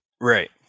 Right